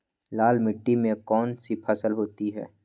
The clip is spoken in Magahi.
लाल मिट्टी में कौन सी फसल होती हैं?